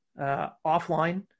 offline